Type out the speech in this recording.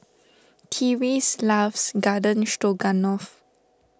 Tyreese loves Garden Stroganoff